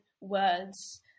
words